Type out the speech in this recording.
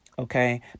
Okay